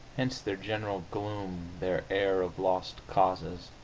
hence their general gloom, their air of lost causes,